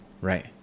right